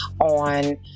on